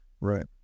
Right